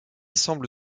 semble